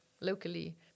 locally